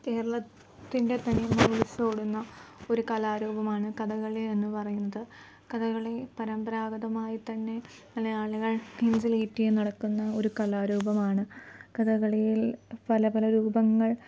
കേരളത്തിൻ്റെ തനിമ വിളിച്ചോതുന്ന ഒരു കലാരൂപമാണ് കഥകളി എന്നുപറയുന്നത് കഥകളി പരമ്പരാഗതമായിത്തന്നെ മലയാളികൾ നെഞ്ചിലേറ്റി നടക്കുന്ന ഒരു കലാരൂപമാണ് കഥകളിയിൽ പല പല രൂപങ്ങൾ